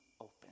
open